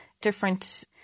different